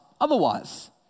otherwise